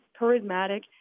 charismatic